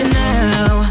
now